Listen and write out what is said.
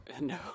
No